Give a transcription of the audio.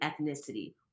ethnicity